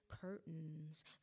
curtains